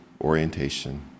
orientation